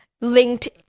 linked